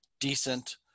decent